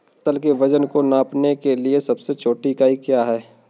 फसल के वजन को नापने के लिए सबसे छोटी इकाई क्या है?